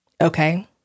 Okay